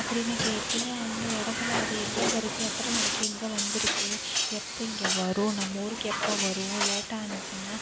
அப்படின்னு கேட்டு அந்த இடத்துல அது எங்கெங்க இருக்குது எத்தனை மணிக்கு எங்கே வந்துருக்குது எப்போ இங்கே வரும் நம்ம ஊருக்கு எப்போ வரும் லேட்டாக ஆயிச்சுன்னா